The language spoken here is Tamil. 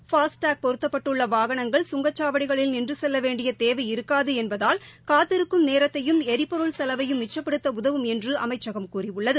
ஃபாஸ் டாக் பொருத்தப்பட்டுள்ள வாகனங்கள் சுங்கச்சாவடிகளில் நின்று செல்ல வேண்டிய தேவை இருக்காது என்பதால் காத்திருக்கும் நேரத்தையும் எரிபொருள் செலவையும் மிச்சப்படுத்த உதவும் என்று அமைச்சகம் கூறியுள்ளது